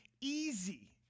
easy